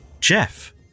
Jeff